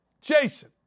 Jason